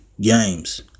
Games